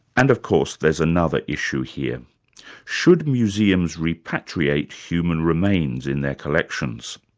and of course, there's another issue here should museums repatriate human remains in their collections?